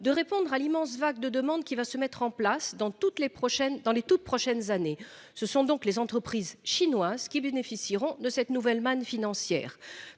de répondre à l'immense vague de demandes qui va se mettre en place dans toutes les prochaines dans les toutes prochaines années, ce sont donc les entreprises chinoises qui bénéficieront de cette nouvelle manne financière